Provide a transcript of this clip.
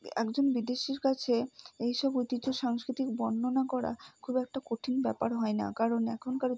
একজন বিদেশির কাছে এইসব ঐতিহ্য সাংস্কৃতিক বর্ণনা করা খুব একটা কঠিন ব্যপার হয় না কারণ এখনকার